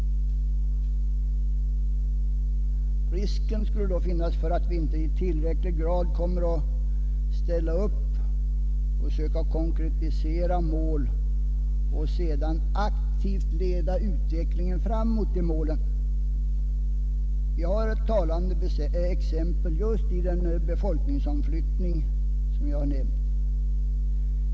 Risken är då också att vi inte i tillräcklig grad kommer att ställa upp och söka konkretisera mål och sedan aktivt leda utvecklingen fram mot målen. Ett talande exempel är just den befolkningsomflyttning som jag nämnt.